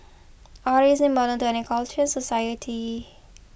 art is important to any culture society